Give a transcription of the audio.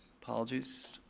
apologies.